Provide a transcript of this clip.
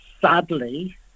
sadly